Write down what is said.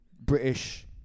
British